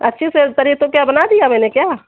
अच्छी से करी तो क्या बना दिया मैंने क्या